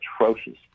atrocious